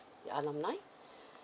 you alumni